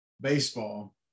baseball